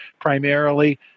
primarily